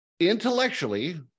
Intellectually